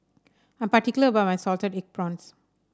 I'm particular about my Salted Egg Prawns